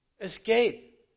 escape